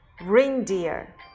reindeer